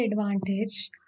advantage